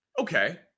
okay